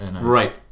Right